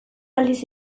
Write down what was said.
aldiz